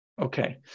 Okay